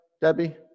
Debbie